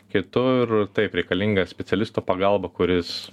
kitur taip reikalinga specialisto pagalba kuris